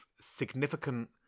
significant